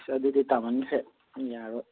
ꯑꯁ ꯑꯗꯨꯗꯤ ꯇꯥꯃꯟꯈ꯭ꯔꯦ ꯌꯥꯔꯣꯏ